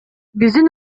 биздин